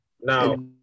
Now